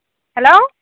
hello